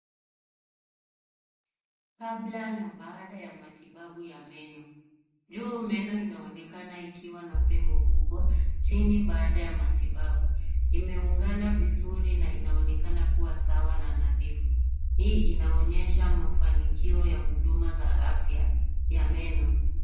Kabla na baada ya matibabu ya meno. Juu meno inaonekana ikiwa na pengo kubwa, chini baada ya matibabu. Imeungana vizuri na inaonekana kuwa sawa na nadhifu. Hii inaonyesha mafanikio ya huduma za afya ya meno.